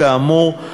כאמור,